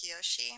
Kiyoshi